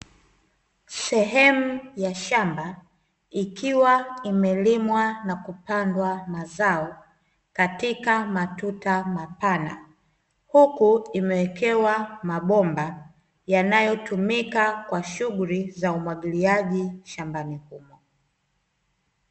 Sehemu ya shamba, ikiwa imelimwa na kupandwa mazao katika matuta mapana, huku imewekewa mabomba yanayotumika kwa shughuli za umwagiliaji shambani.